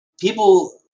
people